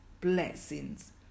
blessings